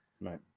Right